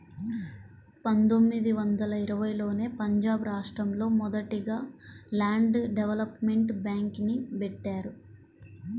పందొమ్మిది వందల ఇరవైలోనే పంజాబ్ రాష్టంలో మొదటగా ల్యాండ్ డెవలప్మెంట్ బ్యేంక్ని బెట్టారు